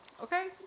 okay